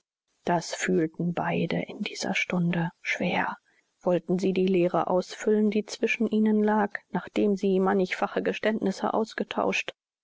das fühlten beide in dieser stunde schwer wollten sie die leere ausfüllen die zwischen ihnen lag nachdem sie mannigfache geständnisse ausgetauscht